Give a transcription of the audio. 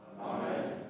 Amen